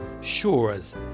shores